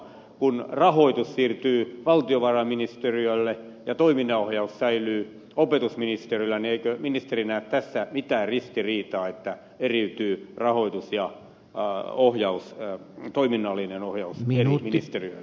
kun rahoitus siirtyy valtiovarainministeriölle ja toiminnan ohjaus säilyy opetusministeriöllä niin eikö ministeri näe tässä mitään ristiriitaa että rahoitus ja toiminnallinen ohjaus eriytyvät eri ministeriöille